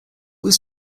was